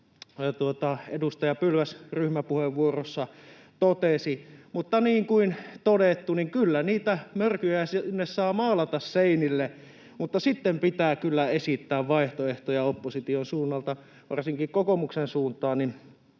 edustaja Pylväs ryhmäpuheenvuorossa totesi, mutta niin kuin todettu, kyllä niitä mörköjä saa maalata seinille, mutta sitten pitää kyllä esittää vaihtoehtoja opposition suunnalta. Varsinkin kokoomuksen suuntaan